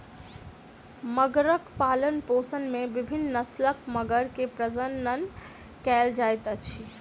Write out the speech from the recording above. मगरक पालनपोषण में विभिन्न नस्लक मगर के प्रजनन कयल जाइत अछि